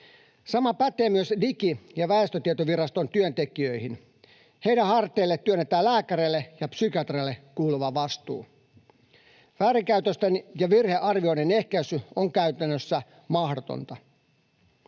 Sama pätee myös Digi- ja väestötietoviraston työntekijöihin. Heidän harteilleen työnnetään psykiatreille ja muille lääkäreille kuuluva vastuu. Väärinkäytösten ja virhearvioiden ehkäisy on käytännössä mahdotonta.